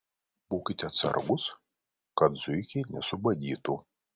būkite atsargūs kad zuikiai nesubadytų